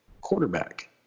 Quarterback